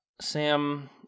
Sam